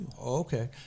okay